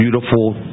beautiful